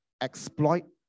exploit